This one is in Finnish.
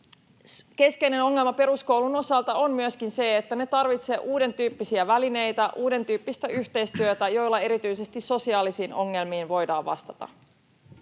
Keskeinen ongelma peruskoulun osalta on myöskin se, että me tarvitsemme uudentyyppisiä välineitä, uudentyyppistä yhteistyötä, joilla erityisesti sosiaalisiin ongelmiin voidaan vastata.